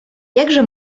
jakże